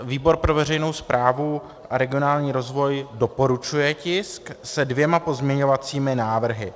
Výbor pro veřejnou správu a regionální rozvoj doporučuje tisk se dvěma pozměňovacími návrhy.